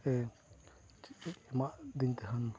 ᱮ ᱮᱢᱟᱫᱤᱧ ᱛᱟᱦᱮᱱ